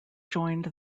joined